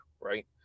right